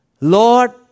Lord